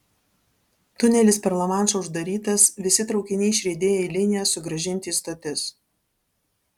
tunelis per lamanšą uždarytas visi traukiniai išriedėję į liniją sugrąžinti į stotis